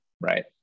Right